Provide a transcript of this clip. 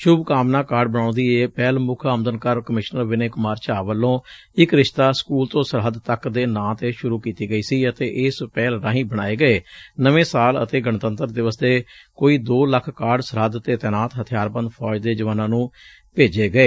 ਸੂਭਕਾਮਨਾ card ਬਣਾਊਣ ਦੀ ਇਹ ਪਹਿਲ ਮੁੱਖ ਆਮਦਨ ਕਰ ਕਮਿਸ਼ਨਰ ਵਿਨੇ ਕੁਮਾਰ ਝਾਅ ਵੱਲੋਂ ਇਕ ਰਿਸ਼ਤਾ ਸਕੁਲ ਤੋਂ ਸਰਹੱਦ ਤੱਕ ਦੇ ਨਾਂ ਤੇ ਸੂਰੁ ਕੀਤੀ ਗਈ ਸੀ ਅਤੇ ਇਸ ਪਹਿਲ ਰਾਹੀ ਬਣਾਏ ਗਏ ਨਵੇਂ ਸਾਲ ਅਤੇ ਗਣਤੰਤਰ ਦਿਵਸ ਦੇ ਕੋਈ ਦੋ ਲੱਖ ਕਾਰਡ ਸਰਹੱਦ ਤੇ ਤੈਨਾਤ ਹਥਿਆਰਬੰਦ ਫੌਜ ਦੇ ਜਵਾਨਾਂ ਨੂੰ ਭੇਜੇ ਗਏ